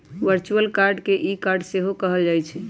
virtual card के e card सेहो कहल जाइ छइ